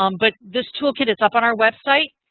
um but this toolkit is up on our website.